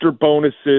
bonuses